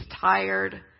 tired